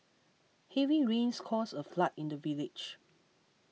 heavy rains caused a flood in the village